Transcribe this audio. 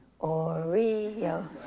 Oreo